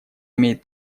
имеет